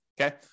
okay